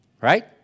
right